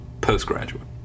postgraduate